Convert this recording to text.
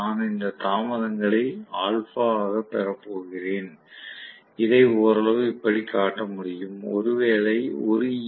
நான் இந்த தாமதங்களை α பெற போகிறேன் இதை ஓரளவு இப்படி காட்ட முடியும் ஒருவேளை ஒரு ஈ